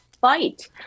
fight